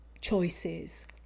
choices